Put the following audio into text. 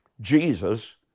Jesus